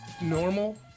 normal